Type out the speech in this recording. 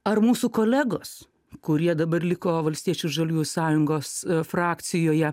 ar mūsų kolegos kurie dabar liko valstiečių ir žaliųjų sąjungos frakcijoje